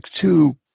two